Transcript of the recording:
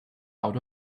out